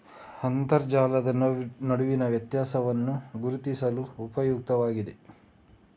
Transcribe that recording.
ಅಂತರ್ಜಲದ ನಡುವಿನ ವ್ಯತ್ಯಾಸವನ್ನು ಗುರುತಿಸಲು ಉಪಯುಕ್ತವಾಗಿದೆ